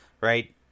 right